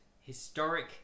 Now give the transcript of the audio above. historic